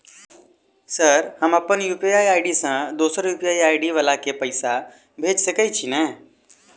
Sir हम अप्पन UPI ID सँ दोसर यु.पी.आई आई.डी वला केँ पैसा भेजि सकै छी नै?